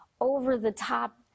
over-the-top